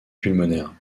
pulmonaire